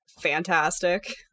fantastic